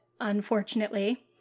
unfortunately